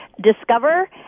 Discover